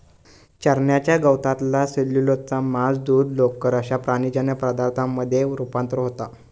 चरण्याच्या गवतातला सेल्युलोजचा मांस, दूध, लोकर अश्या प्राणीजन्य पदार्थांमध्ये रुपांतर होता